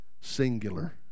singular